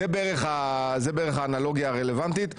זו בערך האנלוגיה הרלוונטית.